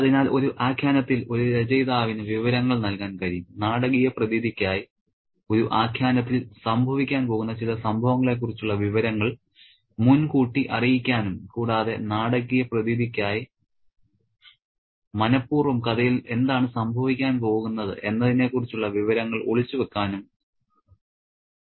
അതിനാൽ ഒരു ആഖ്യാനത്തിൽ ഒരു രചയിതാവിന് വിവരങ്ങൾ നൽകാൻ കഴിയും നാടകീയ പ്രതീതിക്കായി ഒരു ആഖ്യാനത്തിൽ സംഭവിക്കാൻ പോകുന്ന ചില സംഭവങ്ങളെക്കുറിച്ചുള്ള വിവരങ്ങൾ മുൻകൂട്ടി അറിയിക്കുവാനും കൂടാതെ നാടകീയ പ്രതീതിക്കായി മനഃപൂർവ്വം കഥയിൽ എന്താണ് സംഭവിക്കാൻ പോകുന്നത് എന്നതിനെക്കുറിച്ചുള്ള വിവരങ്ങൾ ഒളിച്ചുവയ്ക്കാനും രചയിതാവിന് കഴിയും